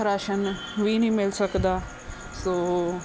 ration ਵੀ ਨਹੀਂ ਮਿਲ ਸਕਦਾ ਸੋ